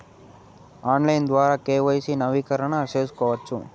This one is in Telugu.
ఆన్లైన్ ద్వారా కె.వై.సి నవీకరణ సేసుకోవచ్చా?